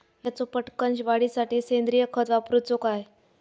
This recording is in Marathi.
मक्याचो पटकन वाढीसाठी सेंद्रिय खत वापरूचो काय?